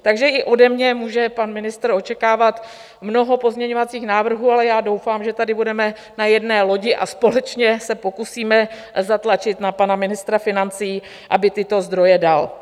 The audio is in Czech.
Takže i ode mě může pan ministr očekávat mnoho pozměňovacích návrhů, ale já doufám, že tady budeme na jedné lodi a společně se pokusíme zatlačit na pana ministra financí, aby tyto zdroje dal.